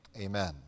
amen